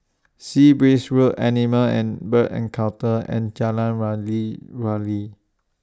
Sea Breeze Road Animal and Bird Encounters and Jalan Wali Wali